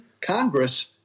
Congress